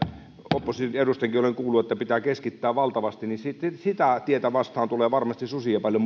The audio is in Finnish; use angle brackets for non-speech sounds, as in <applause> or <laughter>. opposition edustajiltakin olen kuullut että pitää keskittää valtavasti niin sitä tietä vastaan tulee varmasti susi ja paljon <unintelligible>